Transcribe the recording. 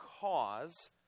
cause